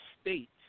state